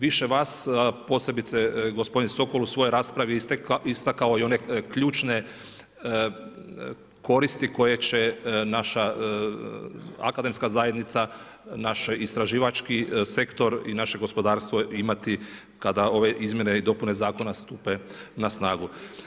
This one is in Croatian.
Više vas, a posebice gospodin Sokol u svojoj raspravi istakao i one ključne, koristi koje će naša akademska zajednica, naša istraživački sektor i naše gospodarstvo imati, kada ove izmjene i dopune zakona stupe na snagu.